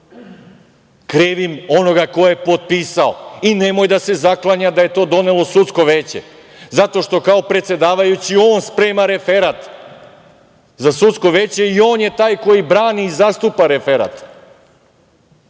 Krivim onoga ko je potpisao i nemoj da se zaklanja da je to donelo sudsko veće, zato što kao predsedavajući on sprema referat za sudsko veće i on je taj koji brani i zastupa referat.